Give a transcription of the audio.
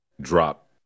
drop